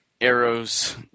Arrows